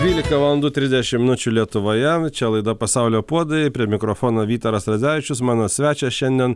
dvylika valandų trisdešimt minučių lietuvoje čia laida pasaulio puodai prie mikrofono vytaras radzevičius mano svečias šiandien